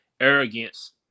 arrogance